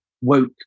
woke